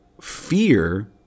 fear